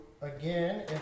again